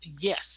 yes